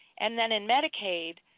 and then in medicaid,